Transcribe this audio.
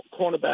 cornerback